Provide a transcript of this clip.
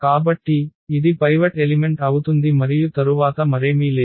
కాబట్టి ఇది pivot element అవుతుంది మరియు తరువాత మరేమీ లేదు